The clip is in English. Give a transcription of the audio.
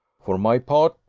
for my part,